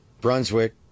Brunswick